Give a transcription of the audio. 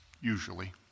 Usually